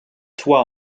toit